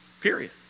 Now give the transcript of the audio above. Period